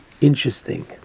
interesting